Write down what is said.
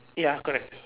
ya correct